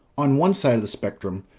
on one side of the spectrum,